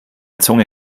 zunge